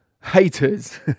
haters